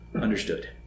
understood